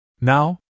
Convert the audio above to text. Now